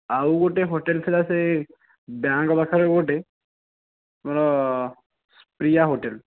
ଆଉ ଗୋଟିଏ ହୋଟେଲ ଥିଲା ସେ ବ୍ୟାଙ୍କ ପାଖରେ ଗୋଟିଏ ଆମର ପ୍ରିୟା ହୋଟେଲ